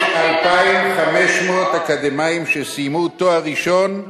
יש 2,500 אקדמאים שסיימו תואר ראשון,